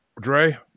Dre